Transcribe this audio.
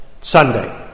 Sunday